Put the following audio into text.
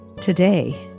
today